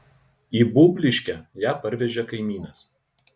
į būbliškę ją parvežė kaimynas